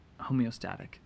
homeostatic